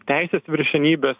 teisės viršenybės